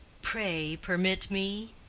pray, permit me?